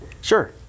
Sure